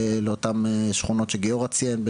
לאותם שכונות שגיורא ציין,